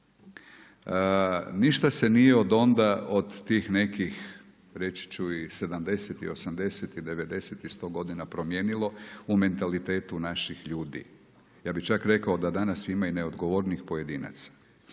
Ništa se nije od onda od tih nekih, reći ću i 70, 80, 90 i 100 godina promijenilo u mentalitetu naših ljudi. Ja bih čak rekao da danas ima i neodgovornih pojedinaca.